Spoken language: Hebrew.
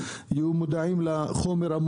חס וחלילה,